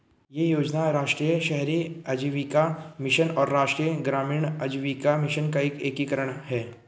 यह योजना राष्ट्रीय शहरी आजीविका मिशन और राष्ट्रीय ग्रामीण आजीविका मिशन का एकीकरण है